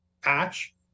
patch